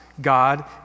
God